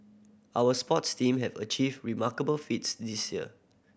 our sports team have achieved remarkable feats this year